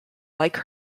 like